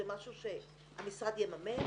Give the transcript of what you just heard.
זה משהו שהמשרד יממן.